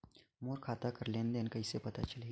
मोर खाता कर लेन देन कइसे पता चलही?